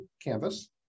canvas